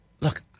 look